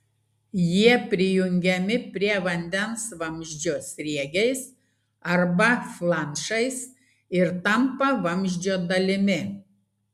jie prijungiami prie vandens vamzdžio sriegiais arba flanšais ir tampa vamzdžio dalimi